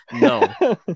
No